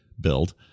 build